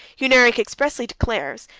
hunneric expressly declares,